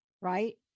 right